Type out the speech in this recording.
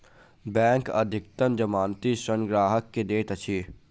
bank अधिकतम जमानती ऋण ग्राहक के दैत अछि